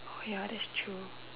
oh ya that's true